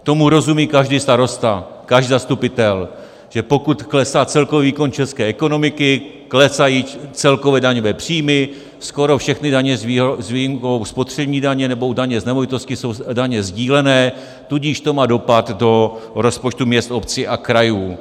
Tomu rozumí každý starosta, každý zastupitel, že pokud klesá celkový výkon české ekonomiky, klesají celkové daňové příjmy, skoro všechny daně s výjimkou spotřební daně nebo daně z nemovitostí jsou daně sdílené, tudíž to má dopad do rozpočtu měst, obcí a krajů.